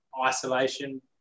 isolation